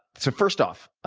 so first off,